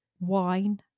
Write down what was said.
wine